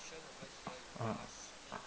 (uh huh)